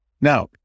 Now